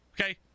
okay